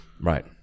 Right